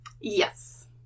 Yes